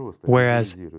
Whereas